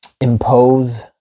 impose